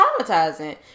traumatizing